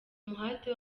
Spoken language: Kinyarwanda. umuhate